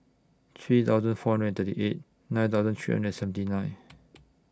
three thousand four hundred and thirty eight nine thousand three hundred and seventy nine